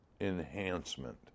enhancement